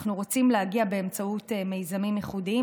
רוצים להגיע באמצעות מיזמים ייחודיים,